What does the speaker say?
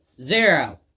zero